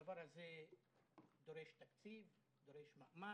הדבר הזה דורש תקציב, דורש מאמץ,